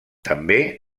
també